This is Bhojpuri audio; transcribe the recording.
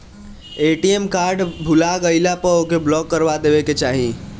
ए.टी.एम कार्ड भूला गईला पअ ओके ब्लाक करा देवे के चाही